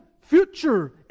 future